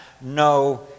no